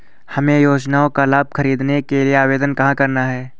हमें योजना का लाभ ख़रीदने के लिए आवेदन कहाँ करना है?